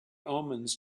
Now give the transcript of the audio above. omens